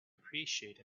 appreciate